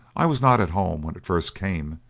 i was not at home when it first came,